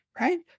right